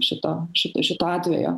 šito ši šito atvejo